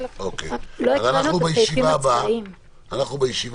מה שאני